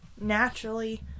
naturally